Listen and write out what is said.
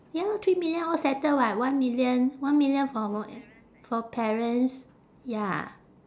ya lah three million all settle [what] one million one million for m~ for parents ya